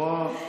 את רואה,